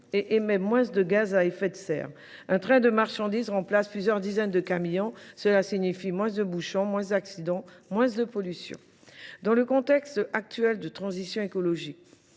et émet moins de gaz à effet de serre. Un train de marchandises remplace plusieurs dizaines de camions. Cela signifie moins de bouchons, moins d'accidents, moins de pollution. Dans le contexte actuel de transition écologique,